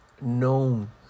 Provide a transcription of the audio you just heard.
known